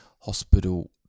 hospital